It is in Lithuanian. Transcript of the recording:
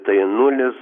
tai nulis